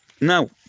Now